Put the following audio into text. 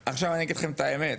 עכשיו, אני אגיד לכם את האמת,